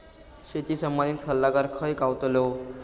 शेती संबंधित सल्लागार खय गावतलो?